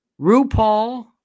RuPaul